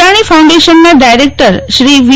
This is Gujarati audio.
અદાણી ફાઉન્ડેશનનાં ડાયરેક્ટર શ્રી વી